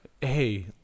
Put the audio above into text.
Hey